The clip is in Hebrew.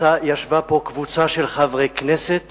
ישבה פה קבוצה של חברי כנסת